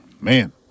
man